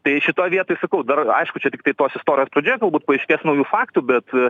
tai šitoj vietoj sakau dar aišku čia tiktai tos istorijos pradžia galbūt paaiškės naujų faktų bet